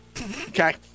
Okay